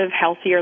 healthier